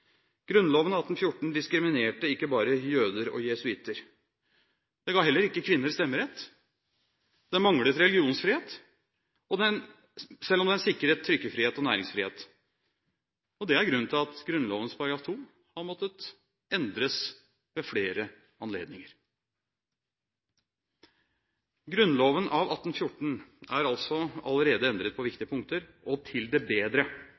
Grunnloven av 1814 diskriminerte ikke bare jøder og jesuitter, men ga heller ikke kvinner stemmerett, og den manglet religionsfrihet – selv om den sikret trykkefrihet og næringsfrihet. Det er grunnen til at Grunnloven § 2 har måttet endres ved flere anledninger. Grunnloven av 1814 er altså allerede endret på viktige punkter – og til det bedre,